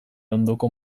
ondoko